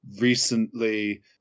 recently